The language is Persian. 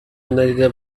ندیده